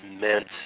meant